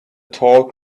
tall